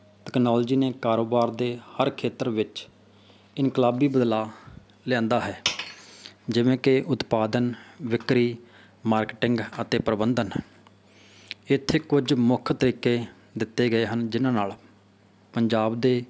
technology ਨੇ ਕਾਰੋਬਾਰ ਦੇ ਹਰ ਖੇਤਰ ਵਿੱਚ ਇਨਕਲਾਬੀ ਬਦਲਾਅ ਲਿਆਂਦਾ ਹੈ ਜਿਵੇਂ ਕਿ ਉਤਪਾਦਨ ਵਿਕਰੀ ਮਾਰਕੀਟਿੰਗ ਅਤੇ ਪ੍ਰਬੰਧਨ ਇੱਥੇ ਕੁਝ ਮੁੱਖ ਤਰੀਕੇ ਦਿੱਤੇ ਗਏ ਹਨ ਜਿਹਨਾਂ ਨਾਲ ਪੰਜਾਬ ਦੇ